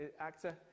actor